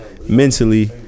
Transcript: mentally